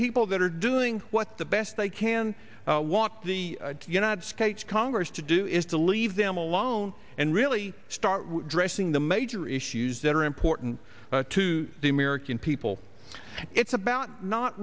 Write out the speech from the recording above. people that are doing what the best they can walk to the united states congress to do is to leave them alone and really start dressing the major issues that are important to the american people it's about not